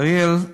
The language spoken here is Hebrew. אריאל,